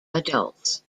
adults